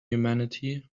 humanity